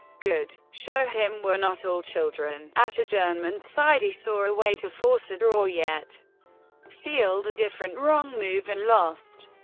good show him we're not all children at adjournment, saidy saw a way to force a draw, yet sealed a different, wrong move, and lost.